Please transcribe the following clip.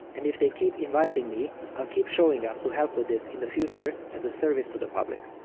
and if they keep inviting me, i'll keep showing up to help with this in the future as a service to the public.